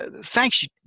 Thanks